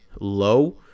low